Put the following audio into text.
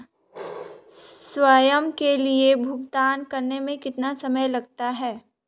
स्वयं के लिए भुगतान करने में कितना समय लगता है?